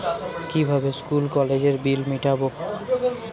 কিভাবে স্কুল কলেজের বিল মিটাব?